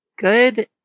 good